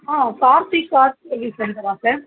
ஆ Karthik car service சென்டரா sir